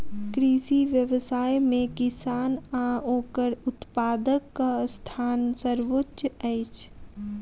कृषि व्यवसाय मे किसान आ ओकर उत्पादकक स्थान सर्वोच्य अछि